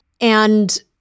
And-